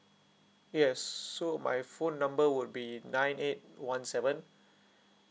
yes so my phone number would be nine eight one seven